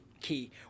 key